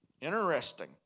Interesting